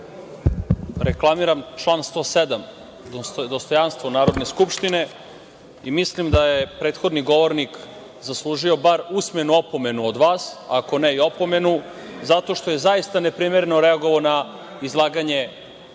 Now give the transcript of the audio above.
Reklamiram član 107. dostojanstvo Narodne skupštine i mislim da je prethodni govornik zaslužio bar usmenu opomenu od vas, ako ne i opomenu zato što je zaista neprimereno reagovao na izlaganje